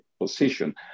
position